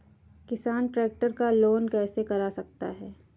किसान ट्रैक्टर का लोन कैसे करा सकता है?